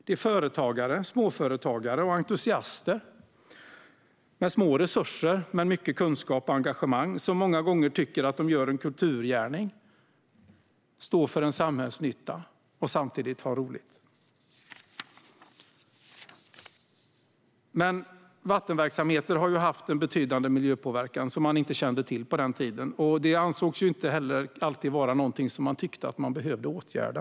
Det är småföretagare och entusiaster med små resurser men mycket kunskap och engagemang, som många gånger tycker att de gör en kulturgärning, står för en samhällsnytta och samtidigt har roligt. Men vattenverksamheter har haft en betydande miljöpåverkan som man inte kände till på den tiden, och det ansågs inte heller alltid vara något man behövde åtgärda.